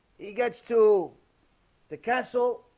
he gets to the castle